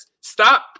Stop –